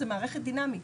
זה מערכת דינאמית,